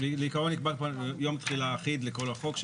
בעיקרון נקבע יום תחילה אחיד לכל החוק,